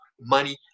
money